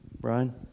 brian